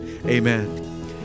Amen